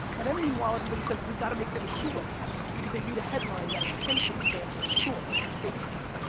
and i don't mean, well everybody says we've got to make them short because they read a headline that attention spans are short on facebook.